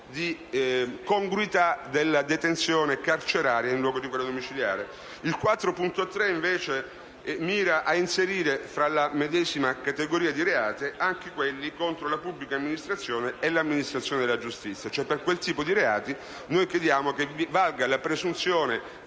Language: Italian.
di congruità della detenzione carceraria in luogo di quella domiciliare. L'emendamento 4.3 mira invece ad inserire nella medesima categoria di reati anche quelli contro la pubblica amministrazione e contro l'amministrazione della giustizia. Per questo tipo di reati noi chiediamo che valga la presunzione